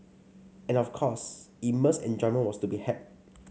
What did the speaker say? and of course immense enjoyment was to be had